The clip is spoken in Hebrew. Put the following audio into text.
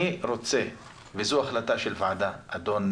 אני רוצה, וזו החלטה של ועדה, אדון